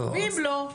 ואם לא?